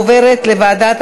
לוועדה